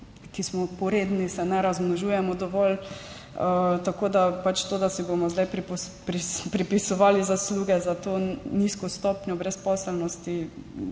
ki smo poredni, se ne razmnožujemo dovolj. Tako da je pač to, da si bomo zdaj pripisovali zasluge za to nizko stopnjo brezposelnosti,